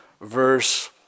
verse